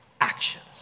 actions